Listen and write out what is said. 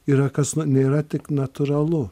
yra kas nu nėra tik natūralu